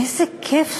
איזה כיף